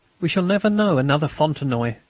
we shall never know another fontenoy,